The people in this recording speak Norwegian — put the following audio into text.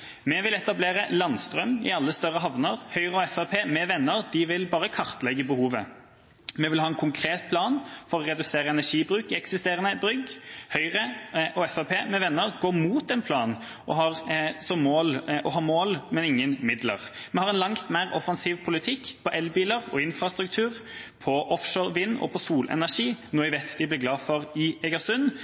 Vi vil etablere landstrøm i alle større havner – Høyre og Fremskrittspartiet med venner vil bare kartlegge behovet. Vi vil ha en konkret plan for å redusere energibruk i eksisterende bygg – Høyre og Fremskrittspartiet med venner går mot en plan og har mål, men ingen midler. Vi har en langt mer offensiv politikk for elbiler, for infrastruktur, for offshore vind og for solenergi, noe jeg vet de blir glad for i